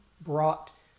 brought